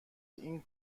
این